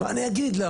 מה אני אגיד לה?